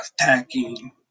attacking